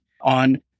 on